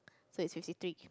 so is fifty three